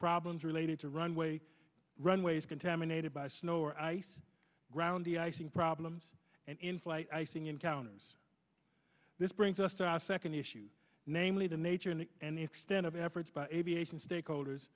problems relating to runway runways contaminated by snow or ice ground the icing problems and in flight icing encounters this brings us to our second issue namely the nature and the and extent of efforts by aviation stakeholders